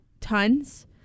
tons